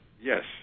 Yes